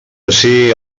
ací